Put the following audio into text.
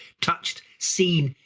touched, seen,